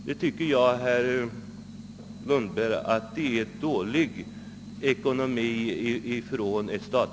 Jag tycker, herr Lundberg, att detta är ett dåligt ekonomiskt resultat.